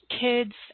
kids